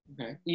okay